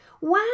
Wow